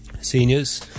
Seniors